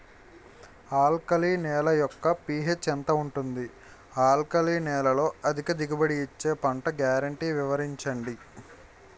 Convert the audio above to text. Alkali నేల యెక్క pH ఎంత ఉంటుంది? ఆల్కలి నేలలో అధిక దిగుబడి ఇచ్చే పంట గ్యారంటీ వివరించండి?